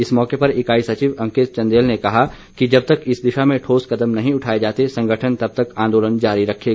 इस मौके पर इकाई सचिव अंकित चंदेल ने कहा कि जब तक इस दिशा में ठोस कदम नहीं उठाए जाते संगठन तब तक आंदोलन जारी रखेगा